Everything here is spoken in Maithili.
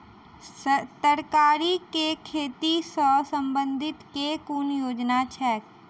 तरकारी केँ खेती सऽ संबंधित केँ कुन योजना छैक?